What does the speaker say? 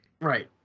right